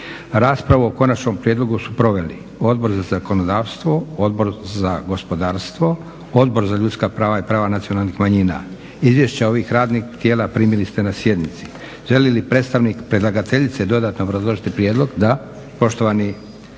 Raspravu o konačnom prijedlogu su proveli Odbor za zakonodavstvo, Odbor za gospodarstvo, Odbor za ljudska prava i prava nacionalnih manjina. Izvješća ovih radnih tijela primili ste na sjednici. Želi li predstavnik predlagateljice dodatno obrazložiti prijedlog? Da, poštovani